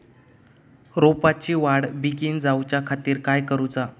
रोपाची वाढ बिगीन जाऊच्या खातीर काय करुचा?